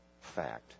fact